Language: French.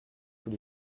tous